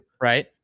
Right